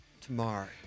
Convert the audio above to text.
tomorrow